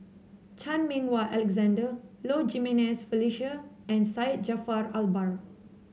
Chan Meng Wah Alexander Low Jimenez Felicia and Syed Jaafar Albar